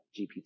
gpt